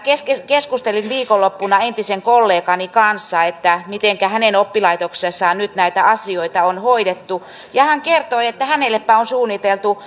keskustelin viikonloppuna entisen kollegani kanssa mitenkä hänen oppilaitoksessaan nyt näitä asioita on hoidettu ja hän kertoi että hänellepä on suunniteltu